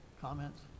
comments